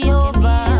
over